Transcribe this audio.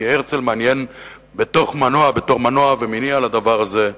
כי הרצל מעניין בתור מנוע ומניע לדבר הזה,